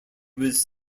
was